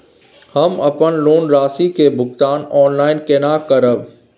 हम अपन लोन राशि के भुगतान ऑनलाइन केने करब?